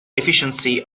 efficiency